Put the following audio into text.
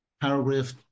paragraph